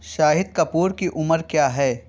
شاہد کپور کی عمر کیا ہے